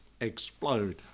explode